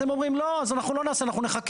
אז הם אומרים, לא, אז אנחנו לא נעשה, אנחנו נחכה.